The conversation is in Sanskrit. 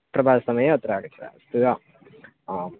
प्रभातसमये अत्र आगच्छामि अस्य विरामम् आम्